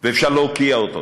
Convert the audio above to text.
ואפשר להוקיע אותו,